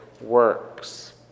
works